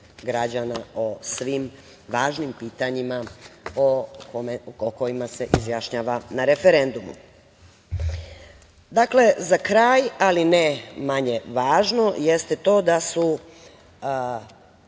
o svim važnim pitanjima o kojima se izjašnjava na referendumu. Dakle, za kraj, ali ne manje važno jeste to da su